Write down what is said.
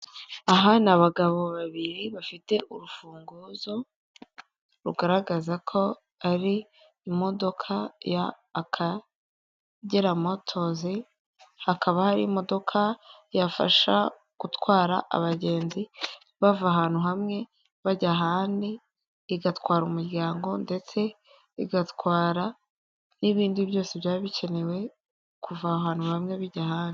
Aha ni abagabo babiri bafite urufunguzo rugaragaza ko ari imodoka y'akageramotozi hakaba hari imodoka yafasha gutwara abagenzi bava ahantu hamwe bajya ahandi igatwara umuryango ndetse igatwara n'ibindi byose byariba bikenewe kuva ahantu bamwe bijya ahandi.